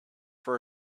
for